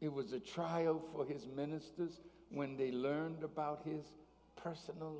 it was a trial for his ministers when they learned about his personal